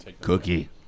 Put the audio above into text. Cookie